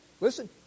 Listen